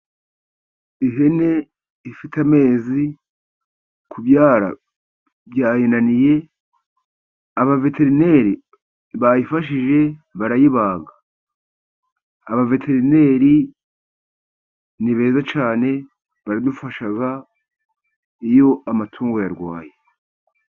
Ihene ifite amezi, kubyara byayinaniye abaveterineri bayifashije barayibaga. Abaveterineri ni beza cyane baradufasha iyo amatungo yarwaye.